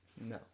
no